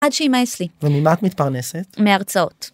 עד שימאס לי. וממה את מתפרנסת? מהרצאות.